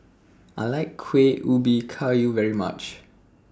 I like Kueh Ubi Kayu very much